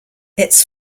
its